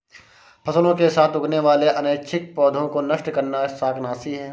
फसलों के साथ उगने वाले अनैच्छिक पौधों को नष्ट करना शाकनाशी है